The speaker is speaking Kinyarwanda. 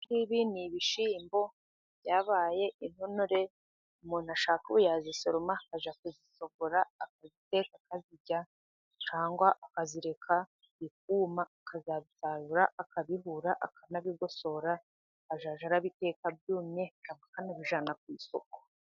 Ibi ngibi ni ibishyimbo, byabaye intonore, umuntu ashaka ubu yayisoroma ajya kuyisogora akayiteka akayirya cyangwa ayireka ikuma akazabisarura, akabihura, akanabigosora akazajya abiteka byumye cyangwa akanabijyana ku isoko.